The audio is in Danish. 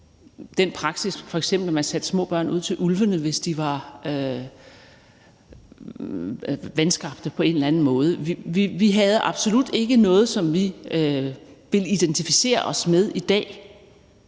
den praksis f.eks., at man satte små børn ud til ulvene, hvis de var vanskabte på en eller anden måde. Vi havde absolut ikke noget, som vi vil identificere os med i dag.